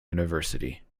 university